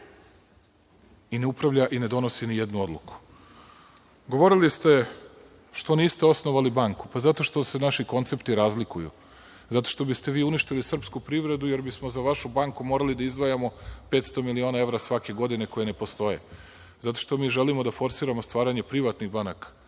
I ne upravlja i ne donosi ni jednu odluku. Govorili ste – što niste osnovali banku? Zato što se naši koncepti razlikuju, zato što biste vi uništili srpsku privredu jer bismo za vašu banku morali da izdvajamo 500 miliona evra svake godine koje ne postoje. Zato što mi želimo da forsiramo stvaranje privatnih banaka